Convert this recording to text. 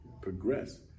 progress